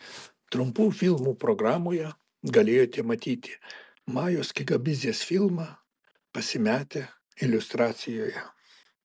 trumpų filmų programoje galėjote matyti majos kikabidzės filmą pasimetę iliustracijoje